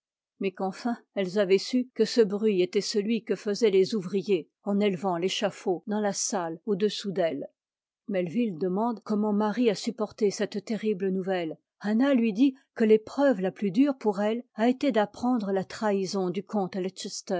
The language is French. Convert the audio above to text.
mais qu'enfin elles avaient su que ce bruit était celui que faisaient les ouvriers en élevant l'échafaud dans la salle au-dessous d'ettes metvit demande comment marie supporté cette terrible nouvelle anna lui dit que l'épreuve ta plus dure pour elle a été d'apprendre la trahison du